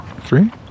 Three